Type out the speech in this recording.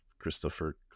Christopher